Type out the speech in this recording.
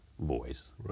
voice